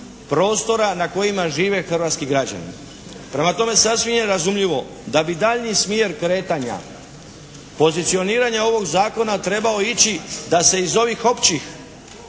prostora na kojima žive hrvatski građani. Prema tome, sasvim je razumljivo da bi daljnji smjer kretanja pozicioniranja ovog Zakona trebao ići da se iz ovih općih